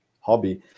hobby